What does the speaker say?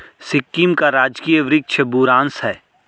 सिक्किम का राजकीय वृक्ष बुरांश है